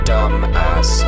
Dumbass